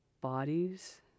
bodies